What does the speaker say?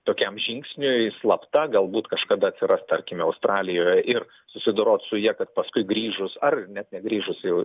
tokiam žingsniui slapta galbūt kažkada atsiras tarkime australijoje ir susidorot su ja kad paskui grįžus ar net negrįžus jau